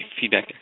feedback